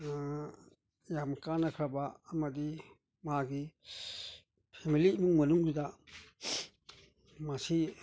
ꯌꯥꯝ ꯀꯥꯟꯅꯈ꯭ꯔꯕ ꯑꯃꯗꯤ ꯃꯥꯒꯤ ꯐꯦꯃꯂꯤ ꯏꯃꯨꯡ ꯃꯅꯨꯡꯁꯤꯗ ꯃꯁꯤ